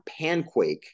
Panquake